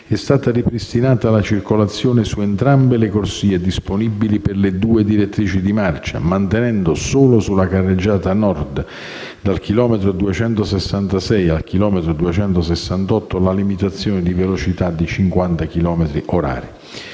è stata ripristinata la circolazione su entrambe le corsie disponibili per le due direttrici di marcia, mantenendo, solo sulla carreggiata nord, dal chilometro 266 al chilometro 268, la limitazione di velocità di 50 chilometri